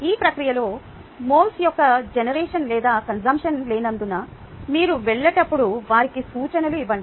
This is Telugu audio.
ఈ ప్రక్రియలో మోల్స్ యొక్క జనరేషన్ లేదా కన్సుంప్షన్ లేనందున మీరు వెళ్ళేటప్పుడు వారికి సూచనలు ఇవ్వండి